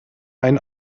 ein